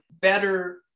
better